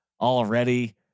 already